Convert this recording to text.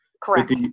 Correct